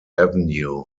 avenue